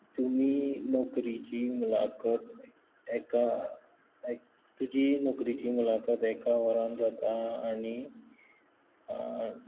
तुमी नोकरीची मुलाखत एका एक तुजी नोकरीची मुलाखत एका वरान जाता आनी